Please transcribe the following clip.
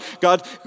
God